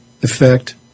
effect